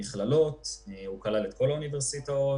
האוניברסיטאות.